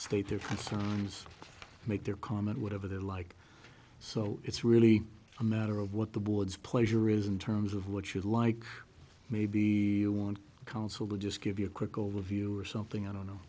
state their concerns make their comment whatever they like so it's really a matter of what the board's pleasure is in terms of what you'd like may be one counsel to just give you a quick overview or something i don't know